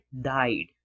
died